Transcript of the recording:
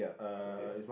okay